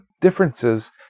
differences